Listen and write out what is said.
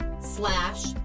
slash